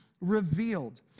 revealed